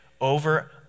over